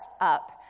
up